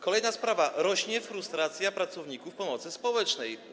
Kolejna sprawa: rośnie frustracja pracowników pomocy społecznej.